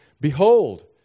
Behold